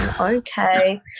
Okay